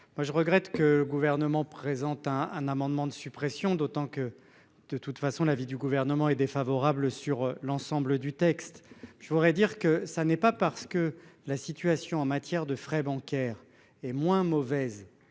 je regrette que le gouvernement présente un un amendement de suppression d'autant que de toute façon l'avis du gouvernement est défavorable sur l'ensemble du texte. Je voudrais dire que ça n'est pas parce que la situation en matière de frais bancaires et moins mauvaise,